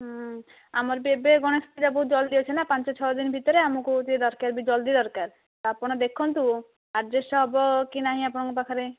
ହୁଁ ଆମର ବି ଏବେ ଗଣେଶପୂଜା ବହୁତ ଜଲଦି ଅଛି ନା ପାଞ୍ଚ ଛଅ ଦିନ ଭିତରେ ଆମକୁ ଟିକେ ଦରକାର ବି ଜଲଦି ଦରକାର ଆପଣ ଦେଖନ୍ତୁ ଆଡ଼ଜଷ୍ଟ ହେବ କି ନାହିଁ ଆପଣଙ୍କ ପାଖରେ